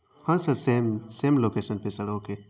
ہاں sir same same location پہ sir okay